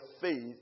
faith